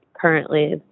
currently